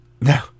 No